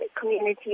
community